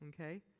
okay